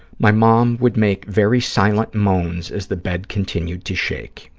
my mom would make very silent moans as the bed continued to shake.